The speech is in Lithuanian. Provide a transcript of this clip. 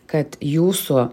kad jūsų